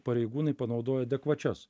pareigūnai panaudojo adekvačias